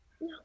No